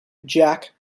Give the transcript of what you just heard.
jack